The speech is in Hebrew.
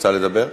רוצה לדבר?